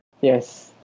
yes